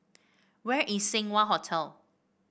where is Seng Wah Hotel